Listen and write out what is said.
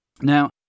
Now